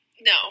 No